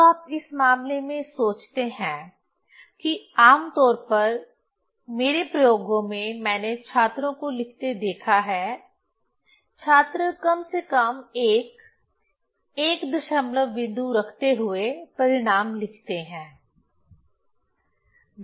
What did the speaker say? अब आप इस मामले में सोचते हैं कि आम तौर पर मेरे प्रयोगों मैं मैंने छात्रों को लिखते देखा है छात्र कम से कम एक एक दशमलव बिंदु रखते हुए परिणाम लिखते हैं